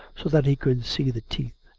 so that he could see the teeth.